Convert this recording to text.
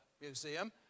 museum